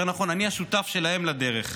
יותר נכון, אני השותף שלהם לדרך,